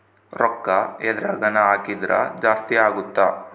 ರೂಕ್ಕ ಎದ್ರಗನ ಹಾಕಿದ್ರ ಜಾಸ್ತಿ ಅಗುತ್ತ